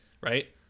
right